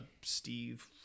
Steve